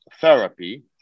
therapy